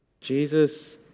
Jesus